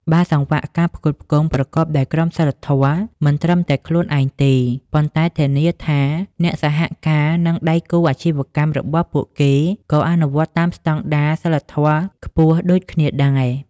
បើសង្វាក់ការផ្គត់ផ្គង់ប្រកបដោយក្រមសីលធម៌ មិនត្រឹមតែខ្លួនឯងទេ ប៉ុន្តែធានាថាអ្នកសហការ និងដៃគូអាជីវកម្មរបស់ពួកគេក៏អនុវត្តតាមស្តង់ដារសីលធម៌ខ្ពស់ដូចគ្នាដែរ ។